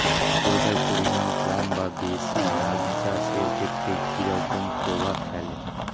আদ্রতার পরিমাণ কম বা বেশি রাগী চাষের ক্ষেত্রে কি রকম প্রভাব ফেলে?